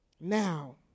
Now